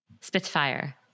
Spitfire